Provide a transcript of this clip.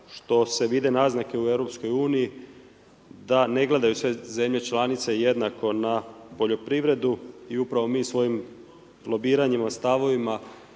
što se vide naznake u EU-u da ne gledaju sve zemlje članice jednako na poljoprivredu i upravo mi svojim lobiranjima, stavovima